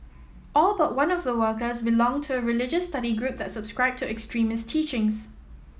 all but one of the workers belonged to a religious study group that subscribed to extremist teachings